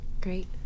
Great